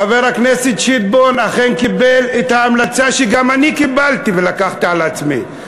חבר הכנסת שטבון אכן קיבל את ההמלצה שגם אני קיבלתי ולקחתי על עצמי.